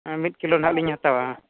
ᱢᱤᱫ ᱠᱤᱞᱳ ᱱᱟᱦᱟᱜᱞᱤᱧ ᱦᱟᱛᱟᱣᱟ